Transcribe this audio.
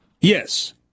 Yes